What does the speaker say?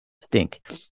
stink